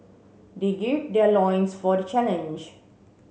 they gird their loins for the challenge